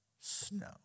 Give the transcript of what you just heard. snow